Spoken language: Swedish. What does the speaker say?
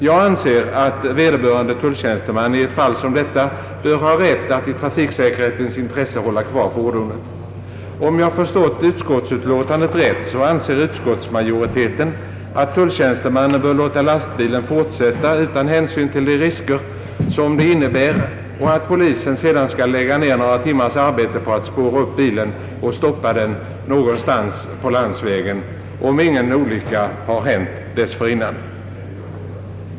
Jag anser att vederbörande tulltjänsteman i ett fall som detta bör ha rätt att i trafiksäkerhetens intresse hålla kvar fordonet. Om jag har förstått utskottsutlåtandet rätt anser utskottsmajoriteten att tulltjänstemannen bör låta lastbilen fortsätta utan hänsyn till de risker som det innebär och att polisen sedan skall lägga ned några timmars arbete på att spåra upp bilen och stoppa den någonstans på landsvägen — om ingen olycka har hänt dessförinnan.